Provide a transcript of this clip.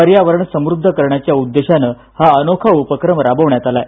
पर्यावरण समृद्ध करण्याच्या उद्देशान हा अनोखा उपक्रम राबवण्यात आलाय